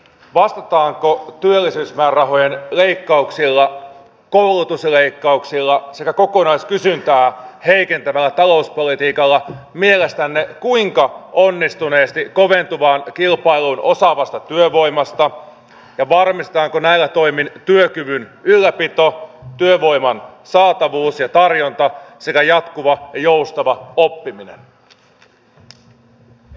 vastataanko työllisyysmäärärahojen leikkauksilla koulutusleikkauksilla sekä kokonaiskysyntää heikentävällä talouspolitiikalla mielestänne kuinka onnistuneesti koventuvaan kilpailuun osaavasta työvoimasta ja varmistetaanko näillä toimin työkyvyn ylläpito työvoiman saatavuus ja tarjonta sekä jatkuva ja joustava oppiminen